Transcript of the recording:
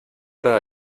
hora